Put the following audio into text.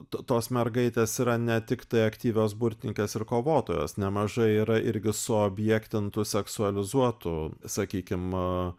to tos mergaitės yra ne tiktai aktyvios burtininkės ir kovotojos nemažai yra irgi suobjektintų seksualizuotų sakykim